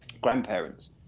Grandparents